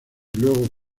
luego